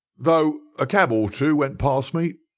though a cab or two went past me.